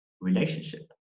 relationship